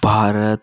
Bharat